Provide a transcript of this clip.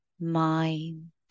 mind